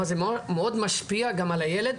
אבל זה מאוד משפיע גם על הילד,